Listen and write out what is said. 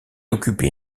occupait